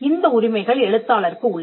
இந்த உரிமைகள் எழுத்தாளருக்கு உள்ளன